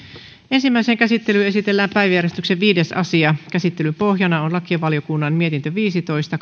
ensimmäiseen käsittelyyn esitellään päiväjärjestyksen viides asia käsittelyn pohjana on lakivaliokunnan mietintö viisitoista